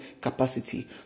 capacity